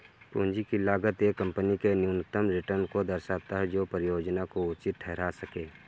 पूंजी की लागत एक कंपनी के न्यूनतम रिटर्न को दर्शाता है जो परियोजना को उचित ठहरा सकें